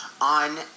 On